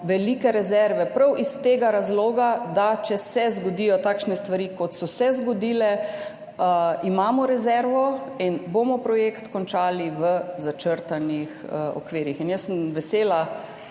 velike rezerve prav zaradi tega razloga, da imamo, če se zgodijo takšne stvari, kot so se zgodile, rezervo in bomo projekt končali v začrtanih okvirih. Jaz sem vesela,